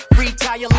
retire